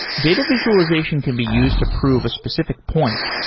data visualization can be used to prove a specific point,